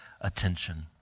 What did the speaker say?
attention